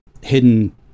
hidden